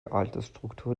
altersstruktur